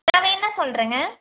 நான் வேணும்னா சொல்கிறங்க